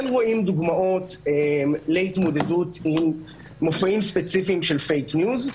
רואים דוגמאות להתמודדות מול מופעים ספציפיים של "פייק ניוז".